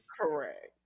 Correct